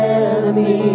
enemy